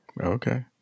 Okay